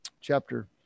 chapter